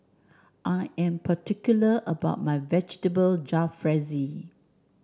I am particular about my Vegetable Jalfrezi